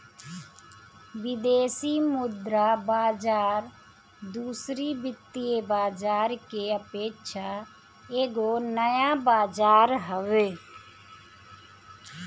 विदेशी मुद्रा बाजार दूसरी वित्तीय बाजार के अपेक्षा एगो नया बाजार हवे